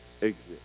exist